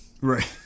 Right